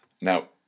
Now